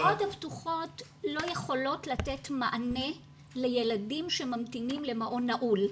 המסגרות הפתוחות לא יכולות לתת מענה לילדים שממתינים למעון נעול,